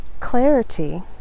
clarity